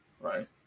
right